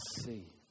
see